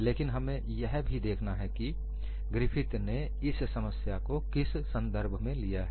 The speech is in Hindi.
लेकिन हमें यह भी देखना है कि ग्रिफिथ ने इस समस्या को किस संदर्भ में लिया है